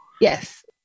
Yes